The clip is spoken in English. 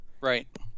Right